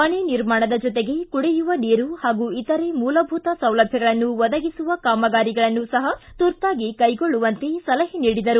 ಮನೆ ನಿರ್ಮಾಣದ ಜೊತೆಗೆ ಕುಡಿಯುವ ನೀರು ಹಾಗೂ ಇತರೆ ಮೂಲಭೂತ ಸೌಲಭ್ವಗಳನ್ನು ಒದಗಿಸುವ ಕಾಮಗಾರಿಗಳನ್ನು ಸಹ ತುರ್ತಾಗಿ ಕೈಗೊಳ್ಳುವಂತೆ ಸೂಚನೆ ನೀಡಿದರು